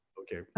okay